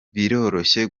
biroroshye